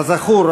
כזכור,